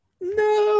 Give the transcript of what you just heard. no